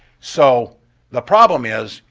so the problem is,